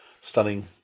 stunning